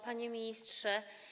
Panie Ministrze!